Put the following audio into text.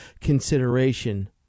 consideration